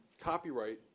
copyright